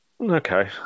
Okay